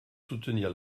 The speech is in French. soutenir